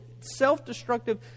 self-destructive